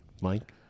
Mike